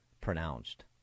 pronounced